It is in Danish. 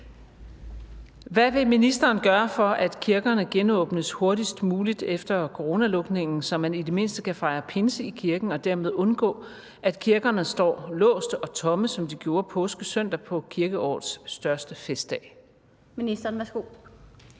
Hvad vil ministeren gøre, for at kirkerne genåbnes hurtigst muligt efter coronalukningen, så man i det mindste kan fejre pinse i kirken og dermed undgå, at kirkerne står låste og tomme, som de gjorde påskesøndag på kirkeårets største festdag? Kl. 17:12 Den fg.